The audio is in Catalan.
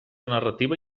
narrativa